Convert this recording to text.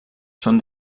són